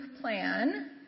plan